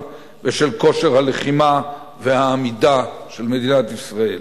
ושל כושר הלחימה והעמידה של מדינת ישראל.